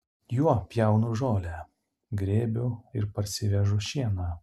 juo pjaunu žolę grėbiu ir parsivežu šieną